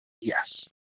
Yes